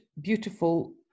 beautiful